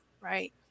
Right